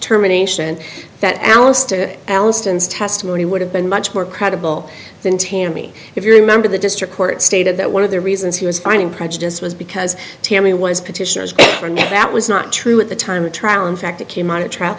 determination that alice to alison's testimony would have been much more credible than tami if you remember the district court stated that one of the reasons he was finding prejudice was because tammy was petitioners her name that was not true at the time of trial in fact it came on a trap